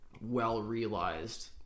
well-realized